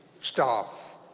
staff